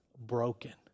broken